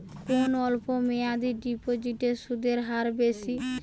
কোন অল্প মেয়াদি ডিপোজিটের সুদের হার বেশি?